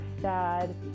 sad